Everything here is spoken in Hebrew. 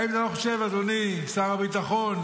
האם אתה לא חושב, אדוני שר הביטחון,